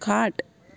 खाट